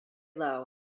low